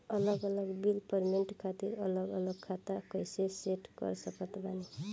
अलग अलग bill payment खातिर अलग अलग खाता कइसे सेट कर सकत बानी?